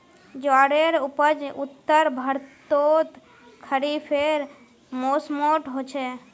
ज्वारेर उपज उत्तर भर्तोत खरिफेर मौसमोट होचे